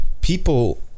People